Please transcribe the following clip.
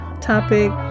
topic